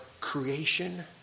creation